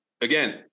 again